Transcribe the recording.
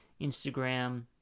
Instagram